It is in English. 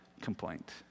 complaint